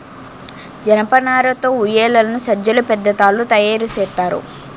జనపనార తో ఉయ్యేలలు సజ్జలు పెద్ద తాళ్లు తయేరు సేత్తారు